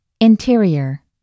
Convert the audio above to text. Interior